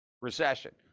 recession